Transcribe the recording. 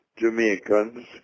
Jamaicans